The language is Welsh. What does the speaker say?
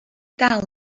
dal